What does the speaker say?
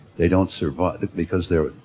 they don't survive because their,